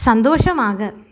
சந்தோஷமாக